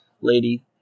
lady